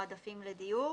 לדיור.